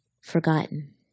forgotten